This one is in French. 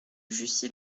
jussy